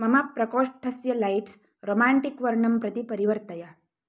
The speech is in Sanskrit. मम प्रकोष्ठस्य लैट्स् रोमाण्टिक् वर्णं प्रति परिवर्तय